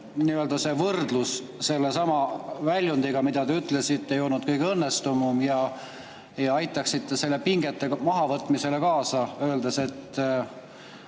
see võrdlus sellesama väljundiga, mida te ütlesite, ei olnud kõige õnnestunum, ja aitaksite pingete mahavõtmisele kaasa,